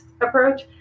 approach